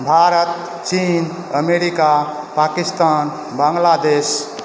भारत चीन अमेरिका पाकिस्तान बांग्लादेश